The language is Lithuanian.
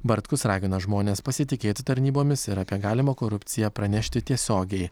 bartkus ragina žmones pasitikėti tarnybomis ir apie galimą korupciją pranešti tiesiogiai